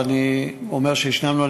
אבל אני אומר שיש נהלים,